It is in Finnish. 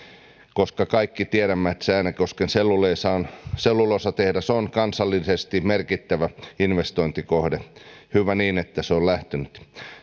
koska kaikki tiedämme että se äänekosken selluloosatehdas selluloosatehdas on kansallisesti merkittävä investointikohde hyvä niin että se on lähtenyt